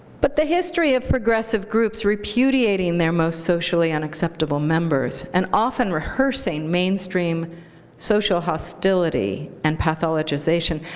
but the history of progressive groups repudiating their most socially unacceptable members, and often rehearsing mainstream social hostility and pathologization,